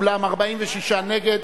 אולם 46 נגד,